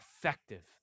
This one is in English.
effective